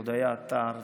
הודיה עטר,